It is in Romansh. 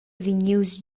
vegnius